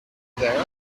there